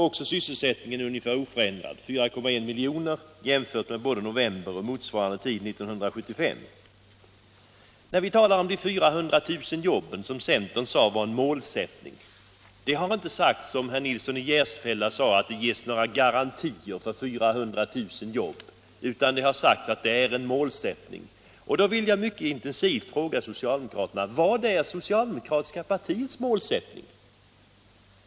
Även sysselsättningen är ungefär oförändrad — 4,1 miljoner —- jämfört med både november och motsvarande tid 1975. I fråga om de 400 000 jobben, som centern sade var en målsättning, så har det inte, som herr Nilsson i Järfälla sade, givits några garantier för 400 000 jobb. Det har alltså sagts att det är en målsättning. Då vill jag mycket intensivt fråga socialdemokraterna: Vad är socialdemokratiska partiets målsättning?